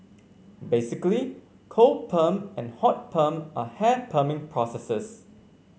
basically cold perm and hot perm are hair perming processes